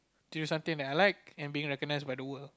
doing something I like and being recognized by the work ah